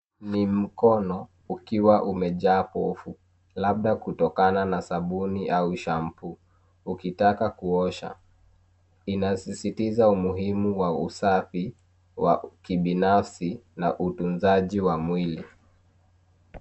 Ni mkono ukiwa umejaa povu labda kutokana na sabuni au shampu ukitaka kuosha. Inasisitiza umuhimu wa usafi wa kibinafsi na utunzaji wa mwili.